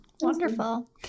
Wonderful